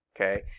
Okay